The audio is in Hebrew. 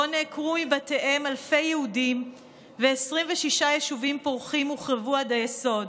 שבו נעקרו מבתיהם אלפי יהודים ו-26 יישובים פורחים הוחרבו עד היסוד.